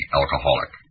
alcoholic